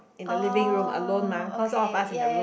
in the living room alone mah cause all of us in the room